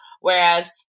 Whereas